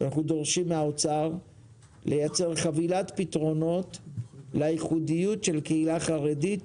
אנחנו דורשים מהאוצר לייצר חבילת פתרונות לייחודיות של קהילה חרדית